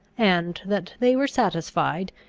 and that they were satisfied,